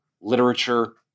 literature